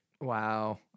Wow